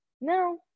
No